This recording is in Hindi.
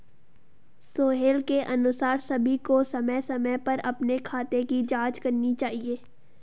सोहेल के अनुसार सभी को समय समय पर अपने खाते की जांच करनी चाहिए